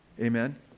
amen